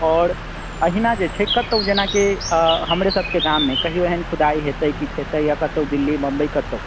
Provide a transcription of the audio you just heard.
आओर अहिना जे छै कतहुँ जेनाकि हमरे सभके गाममे कहिओ एहन खुदाइ हेतै किछु हेतै या कतहुँ दिल्ली मुम्बइ कतहुँ